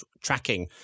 tracking